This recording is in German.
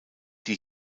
die